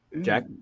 Jack